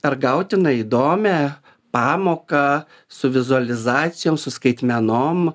ar gautiną na įdomią pamoką su vizualizacijom su skaitmenom